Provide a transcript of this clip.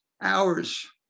hours